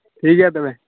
ᱴᱷᱤᱠᱜᱮᱭᱟ ᱛᱚᱵᱮ